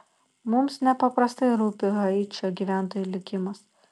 mums nepaprastai rūpi haičio gyventojų likimas